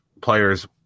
players